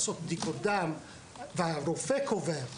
לעשות בדיקות דם והרופא קובע,